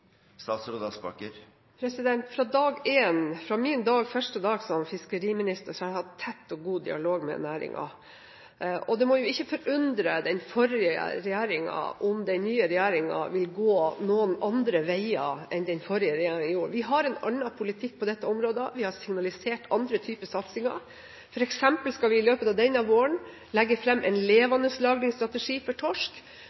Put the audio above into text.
Fra dag én – fra min første dag som fiskeriminister – har jeg hatt tett og god dialog med næringen. Det må ikke forundre den forrige regjeringen om den nye regjeringen vil gå noen andre veier enn den forrige regjeringen gjorde. Vi har en annen politikk på dette området, vi har signalisert andre typer satsinger, f.eks. skal vi i løpet av denne våren legge fram en